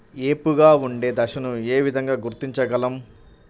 ఏపుగా ఉండే దశను ఏ విధంగా గుర్తించగలం?